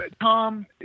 Tom